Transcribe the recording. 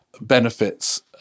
benefits